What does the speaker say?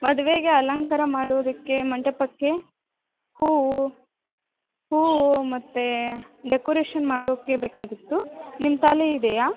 ಮದುವೆಗೆ ಅಲಂಕಾರ ಮಾಡೋದಕ್ಕೆ ಮಂಟಪಕ್ಕೆ ಹೂವು ಹೂವು ಮತ್ತು ಡೆಕೋರೇಷನ್ ಮಾಡೋಕೆ ಬೇಕಾಗಿತ್ತು ನಿಮ್ಮ ತಾಳಿ ಇದೆಯಾ